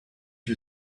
you